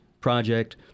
project